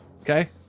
Okay